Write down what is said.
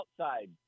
outside